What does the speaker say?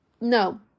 no